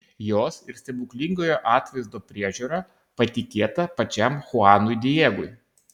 jos ir stebuklingojo atvaizdo priežiūra patikėta pačiam chuanui diegui